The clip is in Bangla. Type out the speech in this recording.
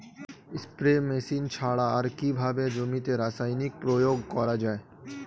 স্প্রে মেশিন ছাড়া আর কিভাবে জমিতে রাসায়নিক প্রয়োগ করা যায়?